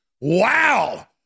Wow